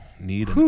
need